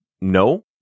no